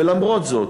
ולמרות זאת,